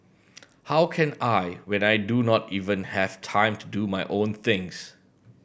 how can I when I do not even have time to do my own things